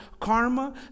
karma